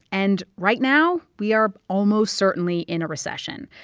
and right now we are almost certainly in a recession.